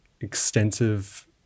extensive